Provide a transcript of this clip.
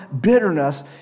bitterness